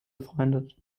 befreundet